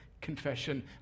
confession